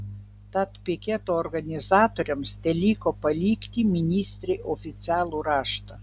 tad piketo organizatoriams teliko palikti ministrei oficialų raštą